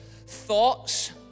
thoughts